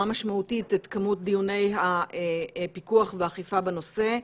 משמעותית את כמות דיוני הפיקוח והאכיפה בנושא.